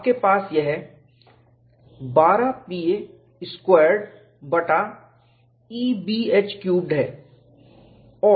आपके पास यह 12 P a स्क्वैरेड बटा E B h क्यूबेड है